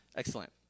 Excellent